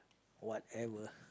whatever